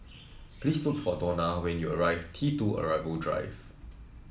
please look for Dona when you reach T two Arrival Drive